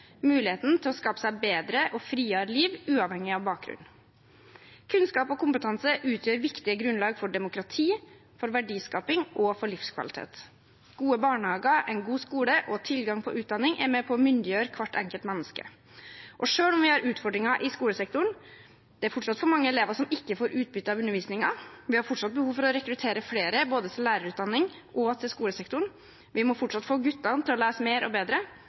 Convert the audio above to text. muligheten til å skape seg et bedre og friere liv, uavhengig av bakgrunn. Kunnskap og kompetanse utgjør viktige grunnlag for demokrati, for verdiskaping og for livskvalitet. Gode barnehager, en god skole og tilgang på utdanning er med på å myndiggjøre hvert enkelt menneske. Og selv om vi har utfordringer i skolesektoren – det er fortsatt for mange elever som ikke får utbytte av undervisningen, vi har fortsatt behov for å rekruttere flere både til lærerutdanning og til skolesektoren, vi må fortsatt få guttene til å lese mer og bedre